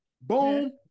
boom